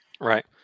Right